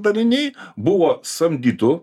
daliniai buvo samdytų